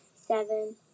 seven